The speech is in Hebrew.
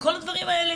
כל הדברים האל,